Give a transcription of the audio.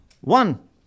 One